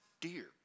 dear